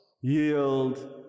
yield